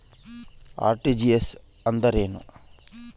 RTGS ಎಂದರೇನು?